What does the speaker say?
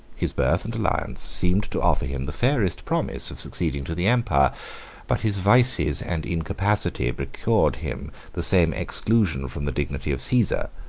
his birth and alliance seemed to offer him the fairest promise of succeeding to the empire but his vices and incapacity procured him the same exclusion from the dignity of caesar,